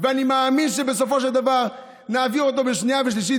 ואני מאמין שבסופו של דבר נעביר אותו בשנייה ושלישית,